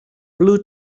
blue